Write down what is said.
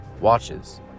watches